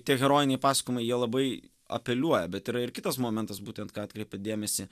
tie herojiniai pasakojimai jie labai apeliuoja bet yra ir kitas momentas būtent ką atkreipėt dėmesį